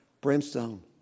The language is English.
brimstone